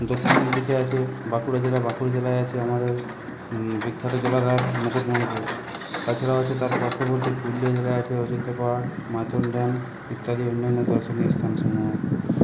দক্ষিণের দিকে আছে বাঁকুড়া জেলা বাঁকুড়া জেলায় আছে আমাদের বিখ্যাত জলাধার মুকুটমণিপুর তাছাড়াও আছে তার পার্শ্ববর্তী পুরুলিয়া জেলায় আছে অযোধ্যা পাহাড় মাইথন ড্যাম ইত্যাদি দর্শনীয় স্থান সমূহ